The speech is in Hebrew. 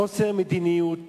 חוסר מדיניות